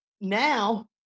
now